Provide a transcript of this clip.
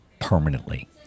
permanently